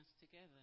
together